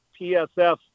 PSF